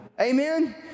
Amen